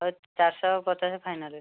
ହଉ ଚାରି ଶହ ପଚାଶ ଫାଇନାଲ୍